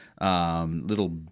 little